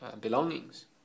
belongings